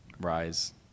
rise